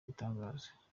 ibitangaza